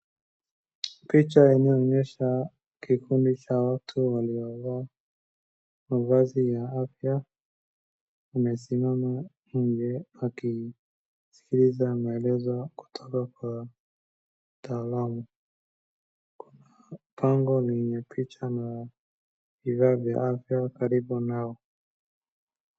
Picha inayoonyesha kikundi cha watu waliovaa mavazi ya afya, wamesimama nje wakisikiliza maelezo kutoka kwa mtaalamu. Kuna pango lenye picha na vifaa vya afya karibu nao.